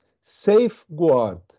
safeguard